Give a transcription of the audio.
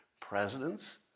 presidents